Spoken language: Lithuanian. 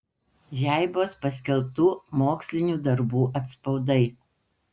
žeibos paskelbtų mokslinių darbų atspaudai